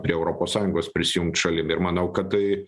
prie europos sąjungos prisijungt šalim ir manau kad tai